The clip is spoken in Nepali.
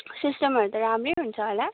सिस्टमहरू त राम्रै हुन्छ होला